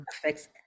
affects